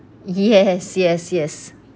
yes yes yes